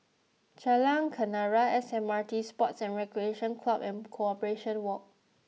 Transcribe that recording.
Jalan Kenarah S M R T Sports and Recreation Club and Corporation Walk